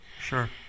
Sure